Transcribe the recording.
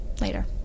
later